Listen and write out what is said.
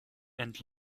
and